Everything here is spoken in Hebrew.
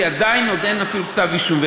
כי עדיין אין אפילו כתב-אישום.